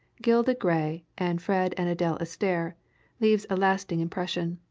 gilda gray and fred and adele astaire leaves a lasting impression.